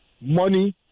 money